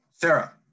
Sarah